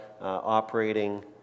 operating